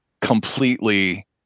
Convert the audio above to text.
completely